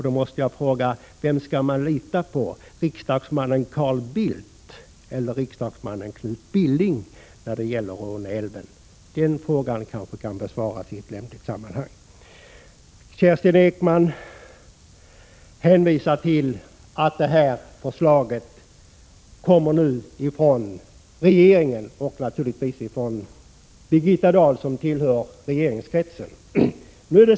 Då måste jag fråga: Vem skall vi lita på när det gäller Råneälven: riksdagsmannen Carl Bildt eller riksdagsmannen Knut Billing? Den frågan kanske kan besvaras i ett lämpligt sammanhang. Kerstin Ekman hänvisar till att det här förslaget kommer från regeringen och naturligtvis från Birgitta Dahl, som tillhör regeringskretsen.